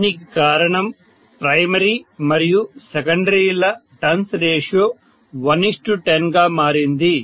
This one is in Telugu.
దీనికి కారణం ప్రైమరీ మరియు సెకండరీ ల టర్న్స్ రేషియో 110 గా మారింది